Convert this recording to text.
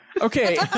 Okay